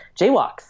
jaywalks